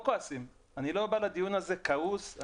אני לא בא לדיון הזה כעוס,